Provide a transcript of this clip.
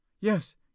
Yes